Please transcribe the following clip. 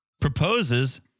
proposes